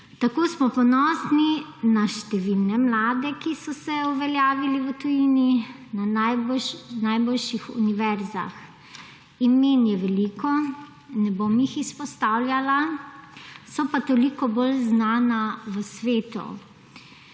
Tako smo ponosni na številne mlade, ki so se uveljavili v tujini na najboljših univerzah. Imen je veliko, ne bom jih izpostavljala, so pa toliko bolj znana v svetu.